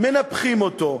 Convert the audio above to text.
מנפחים אותו,